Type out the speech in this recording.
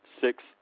six